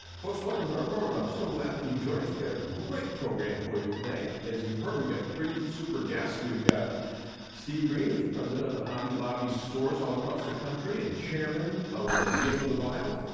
folks, welcome to our program. i'm so glad that you joined us. we've got a great program for you today. as you've heard we've got three super guests. we've got steve green who is president of the hobby lobby stores all across the country and chairman of the museum of the bible.